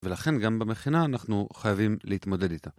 ולכן גם במכינה אנחנו חייבים להתמודד איתה.